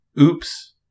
oops